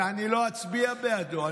ואני לא אצביע בעדו.